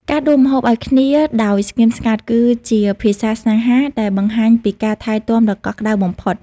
ការដួសម្ហូបឱ្យគ្នាដោយស្ងៀមស្ងាត់ គឺជាភាសាស្នេហាដែលបង្ហាញពីការថែទាំដ៏កក់ក្ដៅបំផុត។